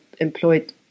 employed